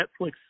Netflix